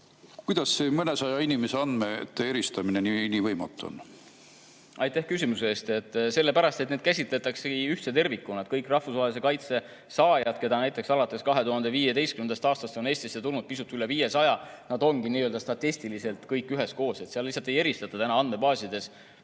ikkagi see mõnesaja inimese andmete eristamine nii võimatu on? Aitäh küsimuse eest! Sellepärast, et neid käsitletaksegi ühtse tervikuna. Kõik rahvusvahelise kaitse saajad, keda näiteks alates 2015. aastast on Eestisse tulnud pisut üle 500, ongi statistiliselt kõik üheskoos. Seal lihtsalt ei eristata neid. Andmebaasides